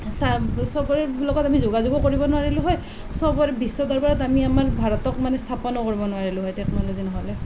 চা চবৰে লগত আমি যোগাযোগো কৰিব নোৱাৰিলোঁ হয় চবৰে বিশ্ব দৰবাৰত আমি আমাৰ ভাৰতক মানে স্থাপনো কৰিব নোৱাৰিলোঁ হয় টেকনলজি নহ'লে